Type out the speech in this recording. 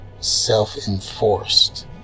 self-enforced